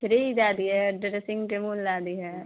fridge दए दिय dressing table दए दिय